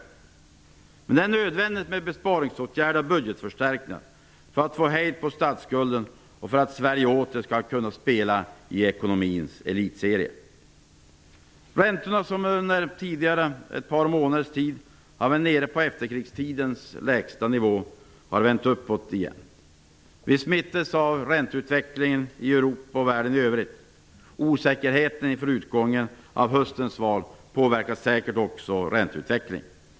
Dock är det nödvändigt med besparingsförslag och budgetförstärkningar för att få hejd på statsskulden och för att Sverige åter skall kunna spela i ekonomins elitserie. Räntorna, som tidigare under ett par månaders tid varit nere på efterkrigstidens lägsta nivå, har vänt uppåt igen. Vi smittas av ränteutvecklingen i Europa och världen i övrigt. Osäkerhet inför utgången av höstens val påverkar säkert också ränteutvecklingen.